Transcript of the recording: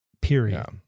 period